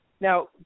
Now